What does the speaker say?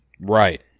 Right